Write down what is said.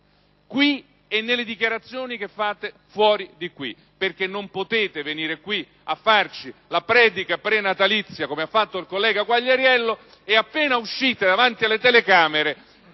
qui e nelle dichiarazioni che fate fuori dal Parlamento, perché non potete venire a farci la predica prenatalizia, come ha fatto il collega Quagliariello, e, appena uscite davanti alle telecamere,